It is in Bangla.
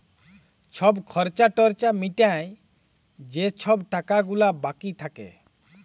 ছব খর্চা টর্চা মিটায় যে ছব টাকা গুলা বাকি থ্যাকে